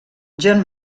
john